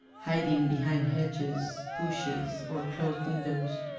hiding behind hedges, bushes, or closed windows